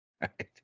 Right